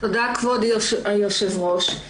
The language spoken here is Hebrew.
תודה כבוד היושב ראש.